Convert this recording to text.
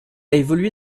évolué